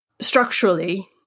structurally